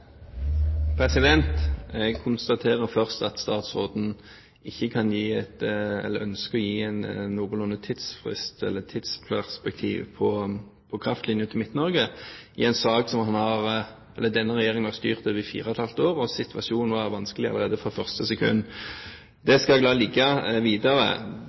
det. Jeg konstaterer først at statsråden ikke ønsker å gi en noenlunde tidsfrist eller noe tidsperspektiv på kraftlinjen til Midt-Norge, i en sak som denne regjeringen har styrt i over fire og et halvt år, der situasjonen var vanskelig allerede fra første sekund.